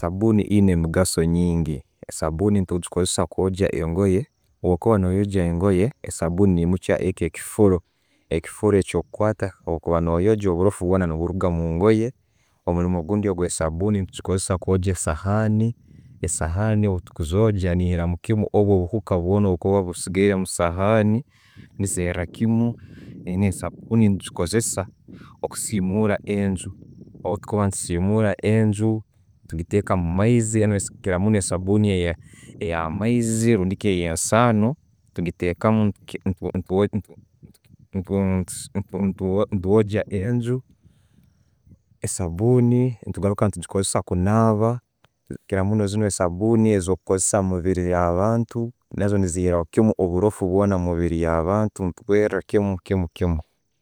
Esabuuni eyine emigaaso nyingi, sabuuni netugikozesa okwogya engoye, bwokuba noyogya engoye, esabuuni neyimukya ekyo ekifuuro, ekifuuro ekyo'kukwata bwo'kuba noyogya oburoffu bwona neburugamu omungoye. Omuliimu ogundi ogwesabuuni tugikozesa okwogya esahani, esahani bwezetuzogya neyiramu kimu obwo obuhuuka bwona obukuba buseigaire omusahani, nezeera kimu. Eno esaabuni ne tugikozesa okusimura enju, o'bwetukuba netusimura enju, ngiteka omumaizi, kukira muno esabuuni eya maizi rundiki eyansano tugitekamu, ne twogya enju, esabuuni netugaruka kugikosesa kunaba okukiramuno zino esabuuni zetu kukoseza hamubiri ya'abantu, nazo ne'zihiraho kimu oburoffu bwona omubire ya'bantu kwera kimu kimu kimu.